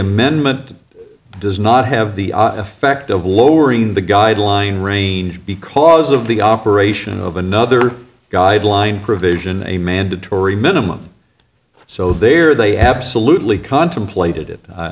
amendment does not have the effect of lowering the guideline range because of the operation of another guideline provision a mandatory minimum so there they absolutely contemplated it i